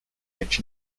rich